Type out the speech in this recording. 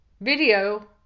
video